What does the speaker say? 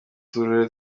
turere